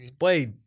Wait